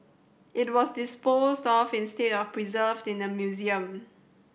it was disposed of instead of preserved in a museum